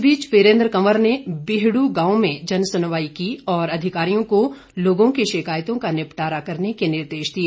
इस बीच वीरेन्द्र कंवर ने बीहडू गांव में जनसुनवाई की और अधिकारियों को लोगों की शिकायतों का निपटारा करने के निर्देश दिए